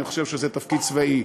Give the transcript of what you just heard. אני חושב שזה תפקיד צבאי,